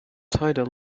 tidal